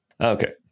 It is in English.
Okay